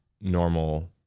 normal